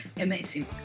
Amazing